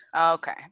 Okay